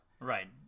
Right